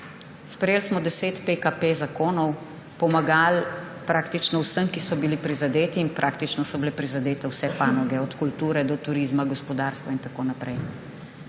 Sprejeli smo 10 zakonov PKP, pomagali praktično vsem, ki so bili prizadeti, in praktično so bile prizadete vse panoge, od kulture do turizma, gospodarstva in tako naprej.